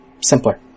Simpler